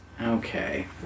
Okay